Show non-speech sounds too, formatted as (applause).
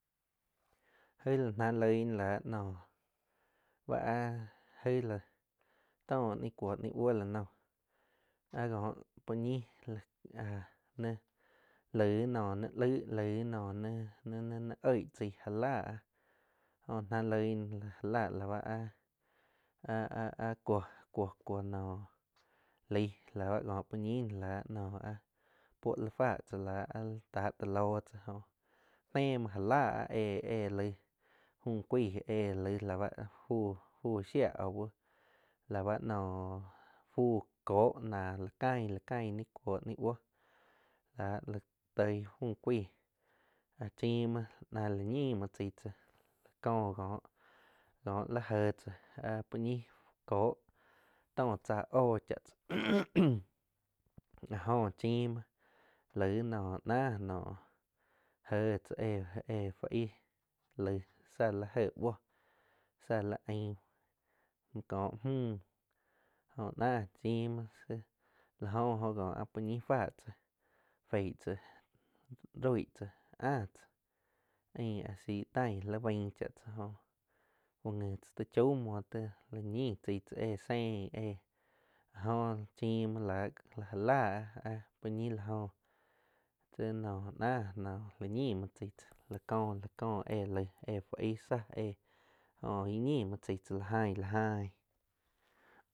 Áig láh ná loig nah láh noh báh áh aih láh tóh ni cuo ni buo la noh áh góh puo ñih áh níh laig noh nih laig lai, lai no ni-ni oig tzá já láh jo náh loi náh jáh láh báh áh-áh, cuo-cuo noh laig la báh kóh puo ñin la áh puo li fa tzá la áh ni táh tá loh tzá jón nee muho já láh áh éh-éh laig fu cuaig éh laig la báh fuu, fuu shia aúh la bá noo fu kóh náa la caig, la caig cuoh níh buoh láh la toig fu cuaig áh chiim muoh náh la ñiiñ muo tzai tzáh có joh. Co li jéh tzáh áh puo ñih kóh tóh tzáh óhh cha tzáh (noise) áh joh chiim muoh laig noh nah jé tzáh éh-éh fu aig laig tza li jéh bouh tzá li ainh kóh müh jóh náh chiim mouh síh la go oh kóh áh puo ñii fá tzá feih tzáh roig tzá, áah tzáh ain asi taing li bain chá tzájóh úh gi tzá ti chau muoh la ñin chaig tzáh éh sein éh áh jo chim muo lá. Lá ja láh a puo ñi la jóh puoh ñii la jóh tzí noh náh la ñim moh tzai tsáh la có- la có éh laig éh fu aig tzáh éh jo íh ñimm muoh tzai tzá la aing la aing.